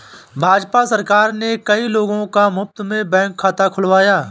भाजपा सरकार ने कई लोगों का मुफ्त में बैंक खाता खुलवाया